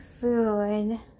food